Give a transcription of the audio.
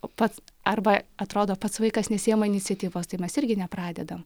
o pats arba atrodo pats vaikas nesiima iniciatyvos tai mes irgi nepradedam